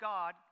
God